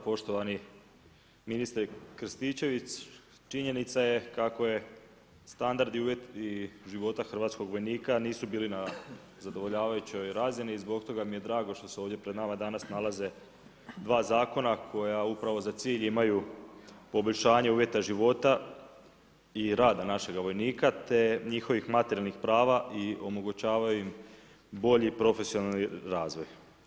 Poštovani ministre Krstičević, činjenica je kako standardi i uvjeti života hrvatskog vojnika nisu bili na zadovoljavajućoj razini, zbog toga mi je drago što se ovdje pred nama danas nalaze dva zakona koja upravo za cilj imaju poboljšanje uvjeta života i rada našega vojnika te njihovih materijalnih prava i omogućavaju im bolji profesionalni razvoj.